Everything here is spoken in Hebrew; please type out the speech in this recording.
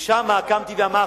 ושם קמתי ואמרתי,